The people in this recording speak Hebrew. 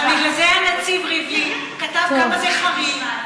אבל בגלל זה הנציב ריבלין כתב כמה זה חריג,